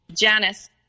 Janice